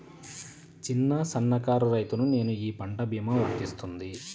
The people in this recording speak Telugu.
చిన్న సన్న కారు రైతును నేను ఈ పంట భీమా వర్తిస్తుంది?